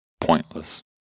Pointless